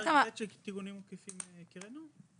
תיקונים עקיפים הקראנו?